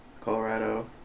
Colorado